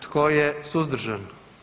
Tko je suzdržan?